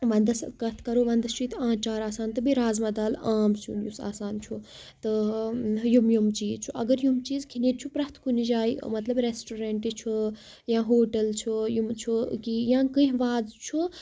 وَندَس کَتھ کَرو وَندَس چھِ ییٚتہِ آنچار آسان تہٕ بیٚیہِ رازمادال عام سیُن یُس آسان چھُ تہٕ یِم یِم چیٖز چھُ اگر یِم چیٖز چھُ اگر یِم چیٖز کھٮ۪نہِ ییٚتہِ چھُ پرٛٮ۪تھ کُنہِ جایہِ مطلب رٮ۪سٹورینٛٹ چھُ یا ہوٹَل چھُ یِم چھُ کی یا کینٛہہ وازٕ چھُ